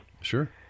Sure